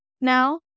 now